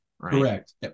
Correct